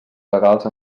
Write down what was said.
legals